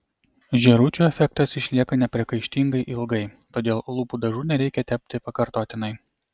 žėručių efektas išlieka nepriekaištingai ilgai todėl lūpų dažų nereikia tepti pakartotinai